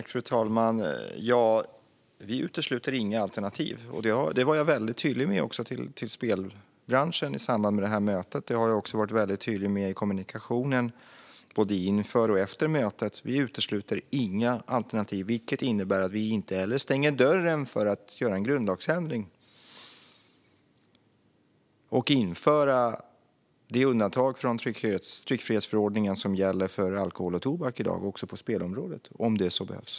Fru talman! Vi utesluter inga alternativ. Det var jag väldigt tydlig med till spelbranschen i samband med mötet. Det har jag också varit tydlig med i kommunikationen både inför och efter mötet. Vi utesluter inga alternativ, vilket innebär att vi inte heller stänger dörren för att göra en grundlagsändring och införa det undantag från tryckfrihetsförordningen som gäller för alkohol och tobak i dag också på spelområdet om så behövs.